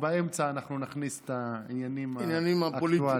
ובאמצע אנחנו נכניס את העניינים האקטואליים.